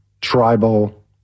tribal